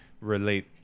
relate